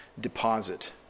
deposit